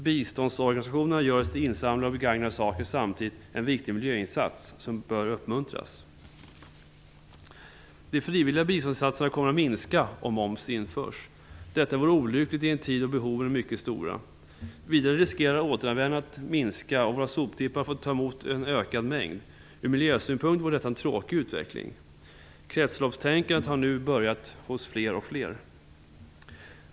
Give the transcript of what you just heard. Biståndsorganisationerna gör i sitt insamlande av begagnade saker samtidigt en viktig miljöinsats som bör uppmuntras. De frivilliga biståndsinsatserna kommer att minska om moms införs. Detta vore olyckligt i en tid då behoven är mycket stora. Vidare riskerar återanvändningen att minska, och våra soptippar får ta emot en ökad mängd. Ur miljösynpunkt vore detta en tråkig utveckling. Kretsloppstänkandet har nu börjat hos fler och fler.